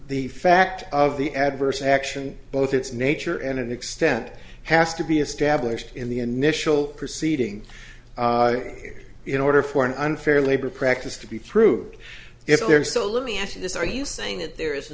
the fact of the adverse action both its nature and extent has to be established in the initial proceeding in order for an unfair labor practice to be proved if there so let me ask you this are you saying that there is